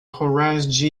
horace